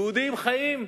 יהודים חיים,